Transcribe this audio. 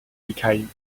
became